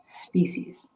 species